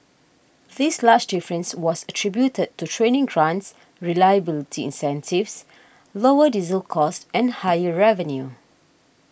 this large difference was attributed to training grants reliability incentives lower diesel costs and higher revenue